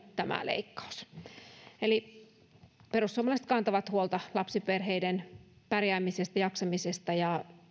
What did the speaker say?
tämä leikkaus kompensoitiin silloin lapsivähennyksellä perussuomalaiset kantavat huolta lapsiperheiden pärjäämisestä ja jaksamisesta ja